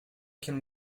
can